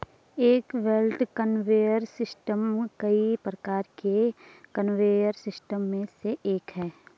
एक belt conveyor system कई प्रकार के कन्वेयर सिस्टम में से एक है